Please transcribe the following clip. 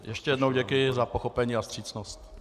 Ještě jednou děkuji za pochopení a vstřícnost.